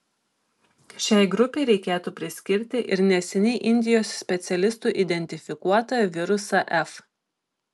šiai grupei reikėtų priskirti ir neseniai indijos specialistų identifikuotą virusą f